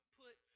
put